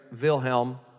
Wilhelm